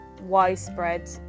widespread